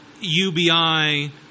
UBI